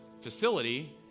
facility